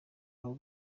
abo